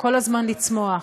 כל הזמן לגדול, כל הזמן לצמוח.